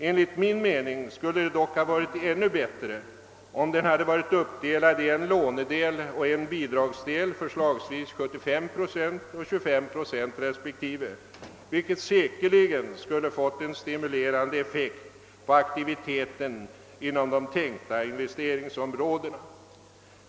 Enligt min mening skulle det dock ha varit ännu bättre, om den hade varit uppdelad i en lånedel och en bidragsdel på förslagsvis 75 respektive 25 procent. Detta skulle säkerligen ha fått en stimulerande effekt på aktiviteten inom de tänkta investeringsområdena.